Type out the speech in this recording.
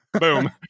Boom